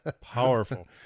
Powerful